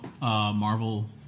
Marvel